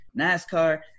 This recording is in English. NASCAR